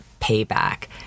payback